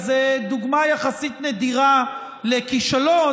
זו דוגמה יחסית נדירה לכישלון,